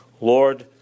Lord